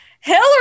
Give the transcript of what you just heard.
Hillary